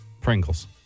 Pringles